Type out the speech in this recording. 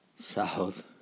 South